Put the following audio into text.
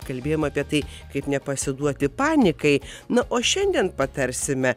kalbėjome apie tai kaip nepasiduoti panikai na o šiandien patarsime